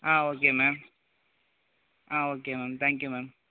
ஆ okay ma'am ஆ okay ma'am thank you ma'am